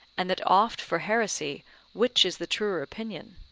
and that oft for heresy which is the truer opinion?